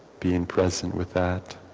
being present with that